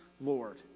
Lord